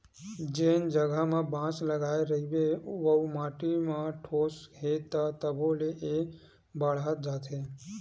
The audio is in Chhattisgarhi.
जेन जघा म बांस लगाए रहिबे अउ माटी म ठोस हे त तभो ले ए ह बाड़हत जाथे